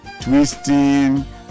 twisting